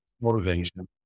Motivation